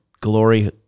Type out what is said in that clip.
glory